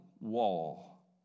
wall